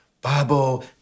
Babo